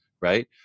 right